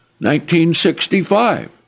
1965